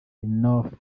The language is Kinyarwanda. inhofe